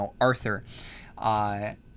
Arthur